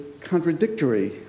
contradictory